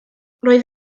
roedd